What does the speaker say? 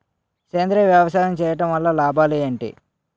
సేంద్రీయ వ్యవసాయం చేయటం వల్ల లాభాలు ఏంటి?